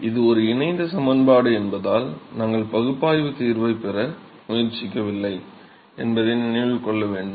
இது ஒரு இணைந்த சமன்பாடு என்பதால் நாங்கள் பகுப்பாய்வு தீர்வைப் பெற முயற்சிக்கவில்லை என்பதை நினைவில் கொள்ள வேண்டும்